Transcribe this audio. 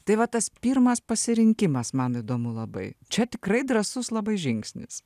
tai va tas pirmas pasirinkimas man įdomu labai čia tikrai drąsus labai žingsnis